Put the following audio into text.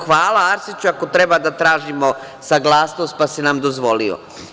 Hvala Arsiću ako treba da tražimo saglasnost, pa si nam dozvolio.